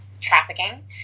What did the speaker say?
trafficking